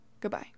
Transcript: Goodbye